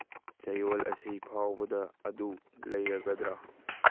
ꯆꯌꯣꯜ ꯑꯁꯤ ꯐꯥꯎꯕꯗ ꯑꯗꯨ ꯂꯩꯔꯒꯗ꯭ꯔꯥ